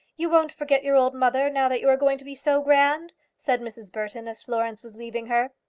you won't forget your old mother now that you are going to be so grand? said mrs. burton, as florence was leaving her.